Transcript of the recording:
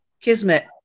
kismet